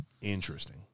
Interesting